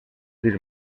dir